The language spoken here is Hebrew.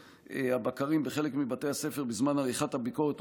הבקרים בחלק מבתי הספר בזמן עריכת הביקורת,